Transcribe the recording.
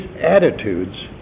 attitudes